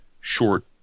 short